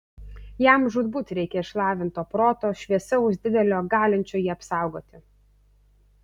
jam žūtbūt reikia išlavinto proto šviesaus didelio galinčio jį apsaugoti